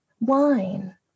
wine